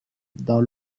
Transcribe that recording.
dans